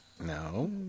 No